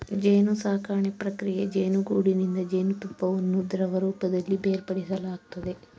ಜೇನುಸಾಕಣೆ ಪ್ರಕ್ರಿಯೆ ಜೇನುಗೂಡಿನಿಂದ ಜೇನುತುಪ್ಪವನ್ನು ದ್ರವರೂಪದಲ್ಲಿ ಬೇರ್ಪಡಿಸಲಾಗ್ತದೆ